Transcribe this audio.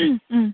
ও